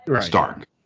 Stark